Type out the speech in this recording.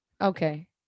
okay